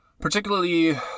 Particularly